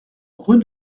rue